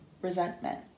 resentment